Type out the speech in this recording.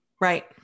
Right